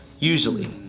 Usually